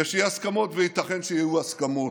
יש אי-הסכמות, וייתכן שיהיו הסכמות,